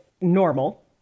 normal